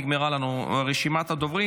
נגמרה לנו רשימת הדוברים.